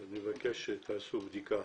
אני מבקש שתעשו בדיקה